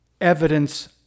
evidence